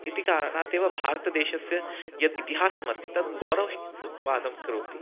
इति कारणादेव भारतदेशस्य यत् इतिहासः अस्ति तद् गौरव उत्पादं करोति